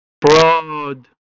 broad